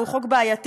והוא חוק בעייתי,